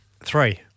Three